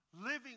Living